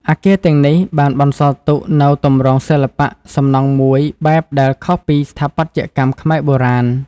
អគារទាំងនេះបានបន្សល់ទុកនូវទម្រង់សិល្បៈសំណង់មួយបែបដែលខុសពីស្ថាបត្យកម្មខ្មែរបុរាណ។